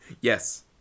Yes